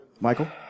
Michael